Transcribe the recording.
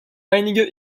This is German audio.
einige